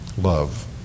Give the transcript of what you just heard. Love